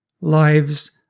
lives